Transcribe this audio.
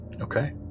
Okay